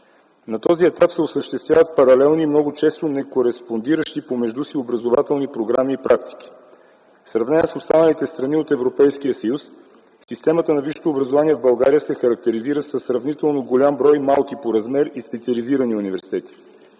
На този етап се осъществяват паралелни и много често некореспондиращи помежду си образователни програми и практики. В сравнение с останалите страни от Европейския съюз системата на висшето образование в България се характеризира със сравнително голям брой малки по размер и специализирани университети,